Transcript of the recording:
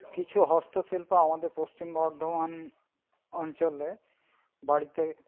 কিছু হস্তশিল্প আমাদের পশ্চিম বর্ধমান অঞ্চলে বাড়িতে